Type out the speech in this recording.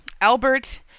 Albert